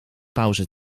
pauze